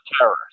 terror